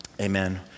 amen